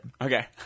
Okay